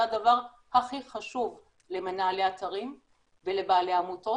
הדבר הכי חשוב למנהלי אתרים ולבעלי עמותות,